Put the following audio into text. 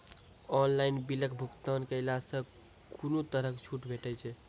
Online बिलक भुगतान केलासॅ कुनू तरहक छूट भेटै छै?